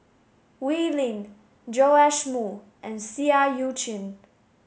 Wee Lin Joash Moo and Seah Eu Chin